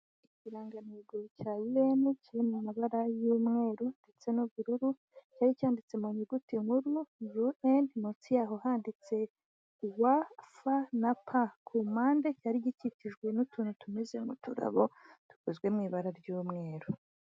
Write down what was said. Ikirangantego cya UN kiri mu mabara y'umweru ndetse n'ubururu cyari cyanditse mu nyuguti nkuru UN munsi yaho handitse WF na P, ku mpande cyari gikikijwe n'utuntu tumeze nk'uturabo dukozwe mu ibara ry'umweru.